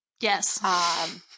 yes